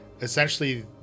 essentially